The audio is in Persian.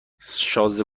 شازده